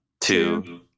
two